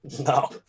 No